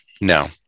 No